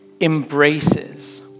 embraces